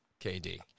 KD